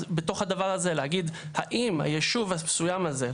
בתוך הדבר הזה להגיד האם היישוב המסוים הזה,